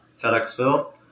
FedExville